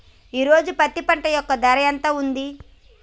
ఈ రోజు పత్తి పంట యొక్క ధర ఎంత ఉంది?